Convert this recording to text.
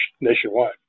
nationwide